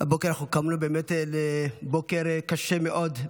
הבוקר אנחנו קמנו באמת לבוקר קשה מאוד,